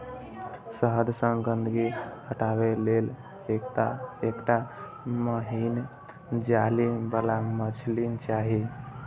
शहद सं गंदगी हटाबै लेल एकटा महीन जाली बला छलनी चाही